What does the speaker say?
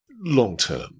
long-term